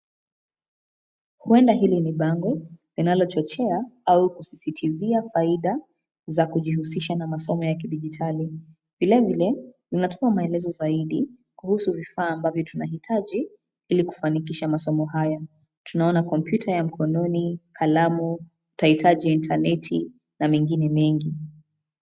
Huenda hili ni bango linalochochea au kusisitizia faida za kijihusisha na masomo ya kidijitali. Vile vile inatoa maelezo zaidi, kuhusu vifaa ambavyo tunahitaji ili kufanikisha masomo haya. Tunaona kompyuta ya mkononi, kalamu tutahitaji intaneti na mengine mengi.